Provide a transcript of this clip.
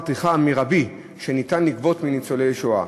הטרחה המרבי שניתן לגבות מניצולי שואה.